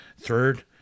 Third